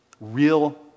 Real